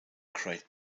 great